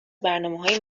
برنامههای